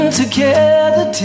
together